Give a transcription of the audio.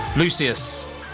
Lucius